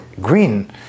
green